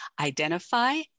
identify